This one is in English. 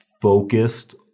focused